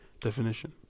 definition